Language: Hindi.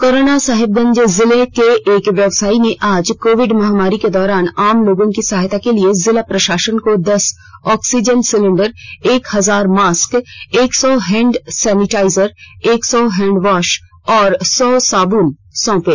कोरोना साहिबगंज जिले के एक व्यवासयी ने आज कोविड महामारी के दौरान आम लोगों की सहायता के लिए जिला प्रशासन को दस ऑक्सीजन सिलेंडर एक हजार मास्क एक सौ हैंड सेनिटाइजर एक सौ हैंडवास और सौ साबुन सौंपें